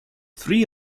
three